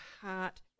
heart